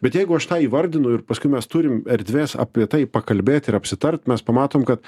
bet jeigu aš tą įvardinu ir paskui mes turim erdvės apie tai pakalbėt ir apsitart mes pamatom kad